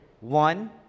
One